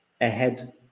ahead